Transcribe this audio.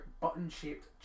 button-shaped